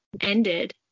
ended